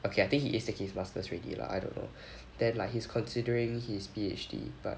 okay I think he is taking his masters already lah I don't know then like he's considering his P_H_D but